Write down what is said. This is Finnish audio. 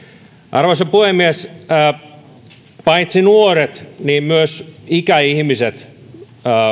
arvoisa puhemies paitsi nuoret myös ikäihmiset